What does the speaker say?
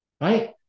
Right